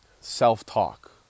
self-talk